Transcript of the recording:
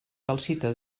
calcita